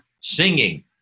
singing